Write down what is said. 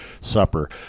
Supper